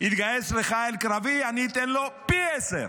יתגייס לחיל קרבי אני אתן לו פי עשרה.